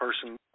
person